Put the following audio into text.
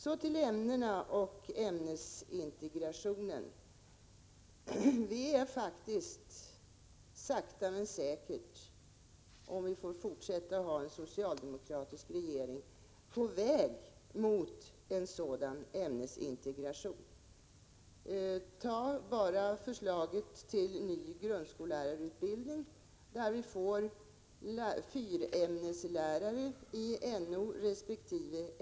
Så till frågan om ämnesintegrationen. Vi är faktiskt sakta men säkert — åtminstone om vi får behålla en socialdemokratisk regering — på väg att få en ämnesintegration. Förslaget till ny grundskollärarutbildning innebär exempelvis att vi får fyrämneslärare i Noresp. So-ämnena.